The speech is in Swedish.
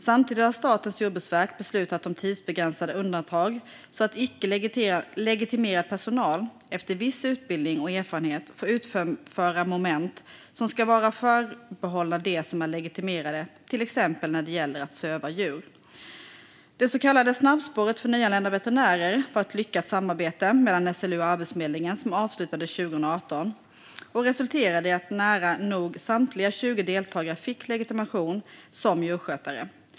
Samtidigt har Statens jordbruksverk beslutat om tidsbegränsade undantag så att icke legitimerad personal, efter viss utbildning och erfarenhet, får utföra moment som ska vara förbehållna dem som är legitimerade till exempel när det gäller att söva djur. Det så kallade snabbspåret för nyanlända veterinärer var ett lyckat samarbete mellan SLU och Arbetsförmedlingen som avslutades 2018 och resulterade i att nära nog samtliga 20 deltagare fick legitimation som djursjukskötare.